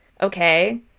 Okay